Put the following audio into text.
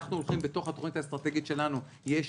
אנחנו רואים שבתוך התכנית האסטרטגית שלנו יש